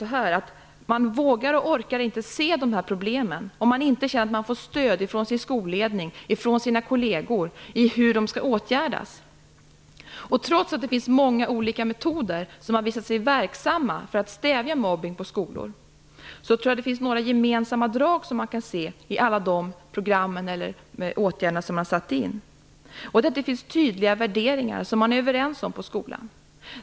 Jag tror att man inte vågar och orkar se de här problemen om man inte känner att man får stöd ifrån sin skolledning och sina kolleger i hur problemen skall åtgärdas. Trots att det finns många olika metoder som har visat sig väldigt verksamma för att stävja mobbning i skolor, tror jag man kan se några gemensamma drag. Det är att det finns tydliga värderingar som man är överens om på skolan.